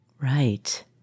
Right